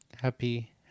Happy